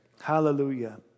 Hallelujah